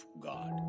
God